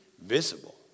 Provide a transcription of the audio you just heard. visible